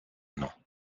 noms